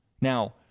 Now